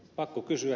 pakko kysyä